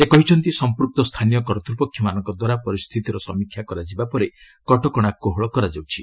ସେ କହିଛନ୍ତି ସମ୍ପୂକ୍ତ ସ୍ଥାନୀୟ କର୍ତ୍ତ୍ୱପକ୍ଷମାନଙ୍କ ଦ୍ୱାରା ପରିସ୍ଥିତିର ସମୀକ୍ଷା କରାଯିବା ପରେ କଟକଣା କୋହଳ କରାଯାଉଛି